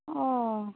ᱚᱻ